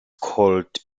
called